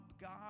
God